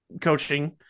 coaching